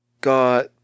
got